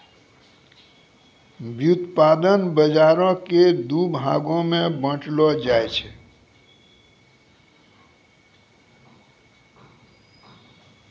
व्युत्पादन बजारो के दु भागो मे बांटलो जाय छै